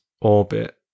orbit